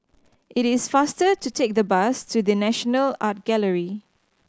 it is faster to take the bus to The National Art Gallery